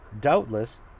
doubtless